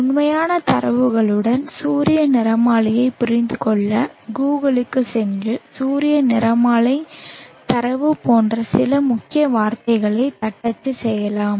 உண்மையான தரவுகளுடன் சூரிய நிறமாலையைப் புரிந்து கொள்ள கூகிளுக்குச் சென்று சூரிய நிறமாலை தரவு போன்ற சில முக்கிய வார்த்தைகளைத் தட்டச்சு செய்யலாம்